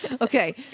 Okay